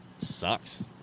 sucks